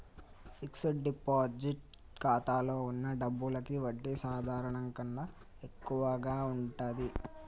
fixed deposit ఖాతాలో వున్న డబ్బులకి వడ్డీ సాధారణం కన్నా ఎక్కువగా ఉంటది